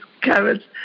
carrots